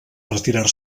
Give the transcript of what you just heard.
retirar